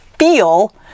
feel